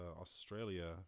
Australia